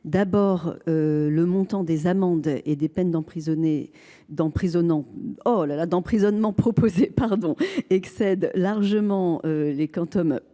D’abord, le montant des amendes et des peines d’emprisonnement proposées excède largement les quantum